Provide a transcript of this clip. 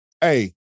Hey